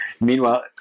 Meanwhile